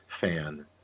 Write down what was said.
fan